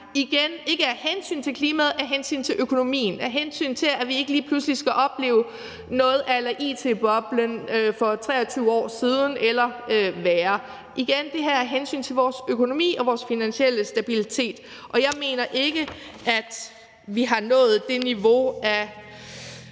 igen ikke af hensyn til klimaet, men af hensyn til økonomien og af hensyn til, at vi ikke lige pludselig skal opleve noget a la it-boblen for 23 år siden eller værre. Igen vil jeg sige: Det her er af hensyn til vores økonomi og vores finansielle stabilitet, og jeg mener ikke, at vi har nået det niveau af